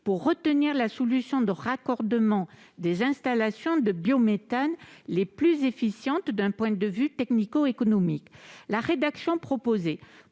pour retenir la solution de raccordement des installations de biométhane la plus efficiente d'un point de vue technico-économique. La rédaction proposée